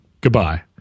Goodbye